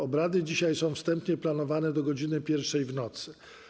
Obrady dzisiaj są wstępnie planowane do godz. 1.00 w nocy.